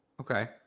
Okay